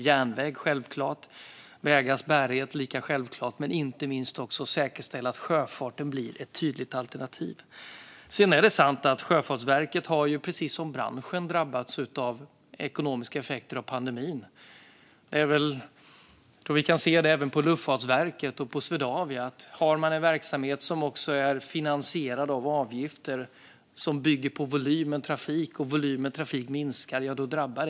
Det gäller självklart järnvägen och lika självklart vägarnas bärighet, men det handlar inte minst också om att säkerställa att sjöfarten blir ett tydligt alternativ. Sedan är det sant att Sjöfartsverket precis som branschen har drabbats av ekonomiska effekter av pandemin. Jag tror att vi kan se det även på Luftfartsverket och Swedavia. Har man en verksamhet som också är finansierad av avgifter vilka bygger på volymen trafik blir man drabbad om volymen trafik minskar.